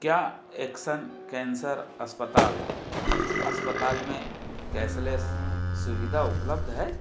क्या action cancer अस्पताल अस्पताल में कैसलेस सुविधा उपलब्ध है